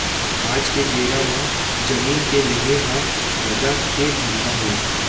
आज के बेरा म जमीन के लेहे ह फायदा के धंधा हे